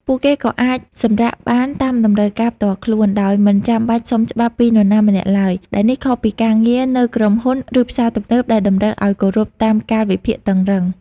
ពួកគេក៏អាចសម្រាកបានតាមតម្រូវការផ្ទាល់ខ្លួន ដោយមិនចាំបាច់សុំច្បាប់ពីនរណាម្នាក់ឡើយ ដែលនេះខុសពីការងារនៅក្រុមហ៊ុន ឬផ្សារទំនើបដែលតម្រូវឲ្យគោរពតាមកាលវិភាគតឹងរ៉ឹង។